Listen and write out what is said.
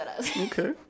Okay